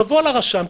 תבוא לרשם,